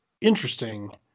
Interesting